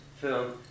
film